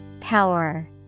Power